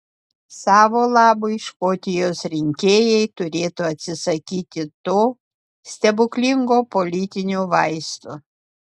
savo labui škotijos rinkėjai turėtų atsisakyti to stebuklingo politinio vaisto